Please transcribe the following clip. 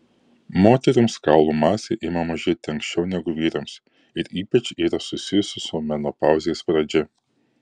moterims kaulų masė ima mažėti anksčiau negu vyrams ir ypač yra susijusi su menopauzės pradžia